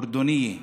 ירדנית.)